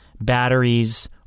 batteries